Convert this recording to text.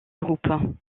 groupes